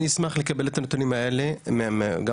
אשמח לקבל את כל הנתונים האלה מהוועדה.